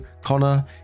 Connor